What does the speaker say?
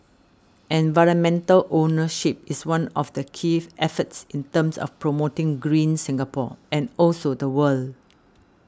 environmental ownership is one of the key efforts in terms of promoting green Singapore and also the world